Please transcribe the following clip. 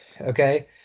okay